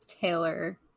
Taylor